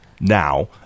Now